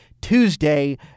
Tuesday